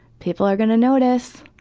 people are going to notice.